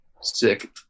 sick